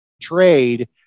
trade